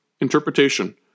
interpretation